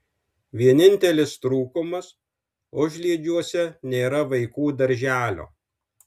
vienintelis trūkumas užliedžiuose nėra vaikų darželio